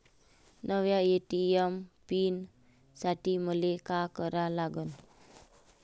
नव्या ATM PIN साठी मले का करा लागन?